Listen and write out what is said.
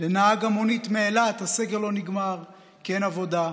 לנהג המונית מאילת הסגר לא נגמר, כי אין עבודה,